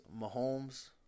Mahomes